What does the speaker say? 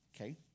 okay